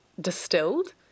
distilled